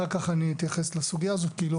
אחר כך אני אתייחס לסוגיה הזאת כי היא לא